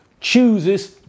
chooses